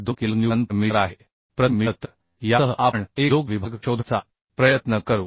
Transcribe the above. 2 kilo newton प्रति metre तर यासह आपण एक योग्य विभाग शोधण्याचा प्रयत्न करू